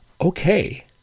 okay